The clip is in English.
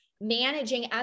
managing